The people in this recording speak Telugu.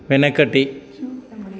వెనకటి